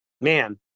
man